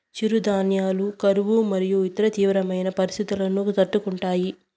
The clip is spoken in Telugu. చిరుధాన్యాలు కరువు మరియు ఇతర తీవ్రమైన పరిస్తితులను తట్టుకుంటాయి